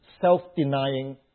self-denying